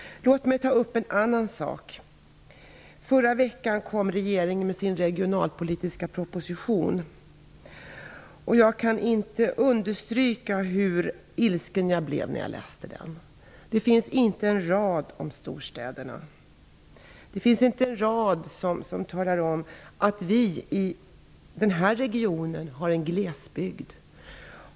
Låt mig ta upp en annan sak! I förra veckan kom regeringen med sin regionalpolitiska proposition. Jag kan inte nog understryka hur ilsken jag blev när jag läste den. Det finns inte en rad om storstäderna. Det finns inte en rad som talar om att det finns en glesbygd i denna region.